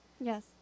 Yes